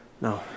No